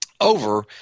over